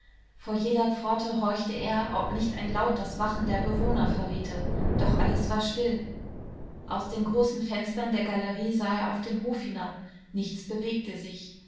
vor jeder pforte horchte er ob nicht ein laut das wachen der bewohner verriete doch alles war still aus den großen fenstern der galerie sah er auf den hof hinab nichts bewegte sich